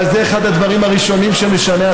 אבל זה אחד הדברים הראשונים שנשנה,